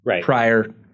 prior